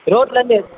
ரோட்டுலேர்ந்து